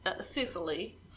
Sicily